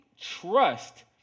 trust